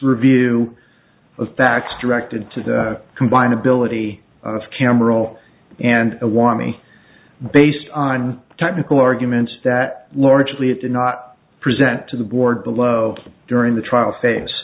review of facts directed to the combined ability of cameral and awami based on technical arguments that largely it did not present to the board below during the trial